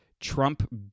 Trump